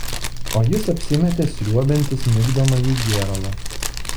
o jis apsimetė sriuobiantis migdomąjį gėralą